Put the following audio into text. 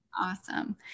Awesome